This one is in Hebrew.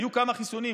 היו כמה חיסונים,